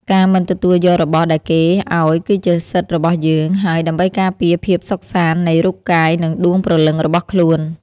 ការមិនទទួលយករបស់ដែលគេឱ្យគឺជាសិទ្ធិរបស់យើង ហើយដើម្បីការពារភាពសុខសាន្តនៃរូបកាយនិងដួងព្រលឹងរបស់ខ្លួន។